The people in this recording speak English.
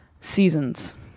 Seasons